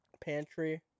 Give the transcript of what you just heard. Pantry